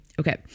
Okay